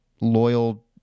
loyal